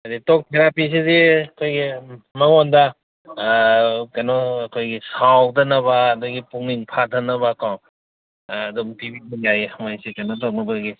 ꯑꯗꯒꯤ ꯇꯣꯛ ꯊꯦꯔꯥꯄꯤꯁꯤꯗꯤ ꯑꯩꯈꯣꯏꯒꯤ ꯃꯉꯣꯟꯗ ꯀꯩꯅꯣ ꯑꯩꯈꯣꯏꯒꯤ ꯁꯥꯎꯗꯅꯕ ꯑꯗꯒꯤ ꯄꯨꯛꯅꯤꯡ ꯐꯊꯅꯕꯀꯣ ꯑꯗꯨꯝ ꯄꯤꯕꯤꯕ ꯌꯥꯏꯌꯦ ꯃꯣꯏꯁꯦ ꯀꯩꯅꯣ ꯇꯧꯅꯕꯒꯤ